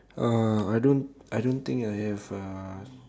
uh I don't I don't think I have uh